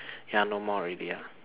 ya no more already ah